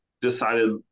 decided